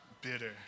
bitter